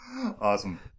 Awesome